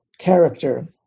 Character